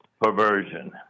perversion